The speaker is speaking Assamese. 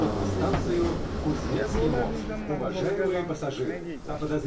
অঁ এতিয়া ব'লা দুয়োজন নামঘৰলৈকে যাওঁ নে কি কোৱা